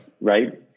Right